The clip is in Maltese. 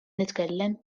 nitkellem